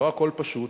לא הכול פשוט.